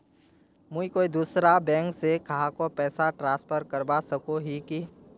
मुई कोई दूसरा बैंक से कहाको पैसा ट्रांसफर करवा सको ही कि?